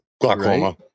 Glaucoma